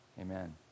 Amen